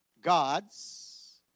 gods